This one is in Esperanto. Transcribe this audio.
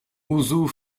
uzu